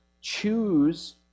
choose